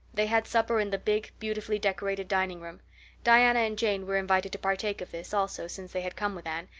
they had supper in the big, beautifully decorated dining room diana and jane were invited to partake of this, also, since they had come with anne,